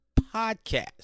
podcast